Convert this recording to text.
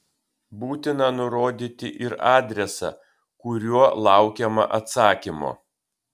būtina nurodyti ir adresą kuriuo laukiama atsakymo